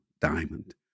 diamond